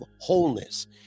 wholeness